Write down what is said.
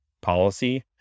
policy